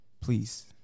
please